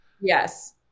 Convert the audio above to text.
Yes